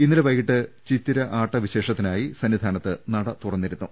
ഇന്നലെ വൈകീട്ട് ചിത്തിര ആട്ട വിശേഷത്തിനായി സന്നിധാനത്ത് നട തുറന്നിരുന്നു